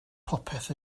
popeth